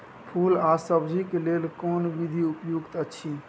फूल आ सब्जीक लेल कोन विधी उपयुक्त अछि?